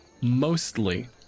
Mostly